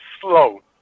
slow